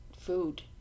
food